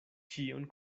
ĉion